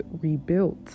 rebuilt